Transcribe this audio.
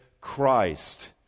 Christ